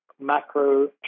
macro